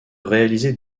réaliser